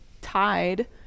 tied